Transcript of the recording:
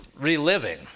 reliving